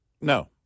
No